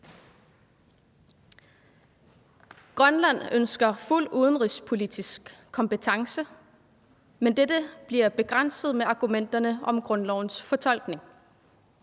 Grønland ønsker fuld udenrigspolitisk kompetence, men dette bliver begrænset med argumenterne om grundlovens fortolkning.